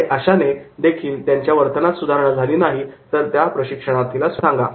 आणि अशाने देखील त्याच्या वर्तनात सुधारणा झाली नाही तर त्या प्रशिक्षणार्थी ला स्पष्टपणे सांगा